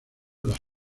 las